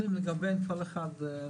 רשות הדיבור.